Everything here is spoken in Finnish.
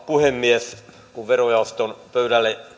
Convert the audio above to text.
puhemies kun verojaoston pöydälle